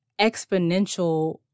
exponential